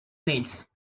males